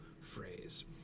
phrase